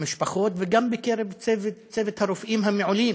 המשפחות וגם בקרב צוות הרופאים המעולים